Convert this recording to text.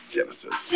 Genesis